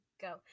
go